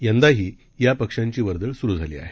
यंदाही या पक्षांची वर्दळ सुरू झाली आहे